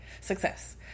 Success